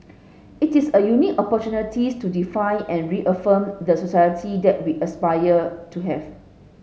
it is a unique opportunity to define and reaffirm the society that we aspire to have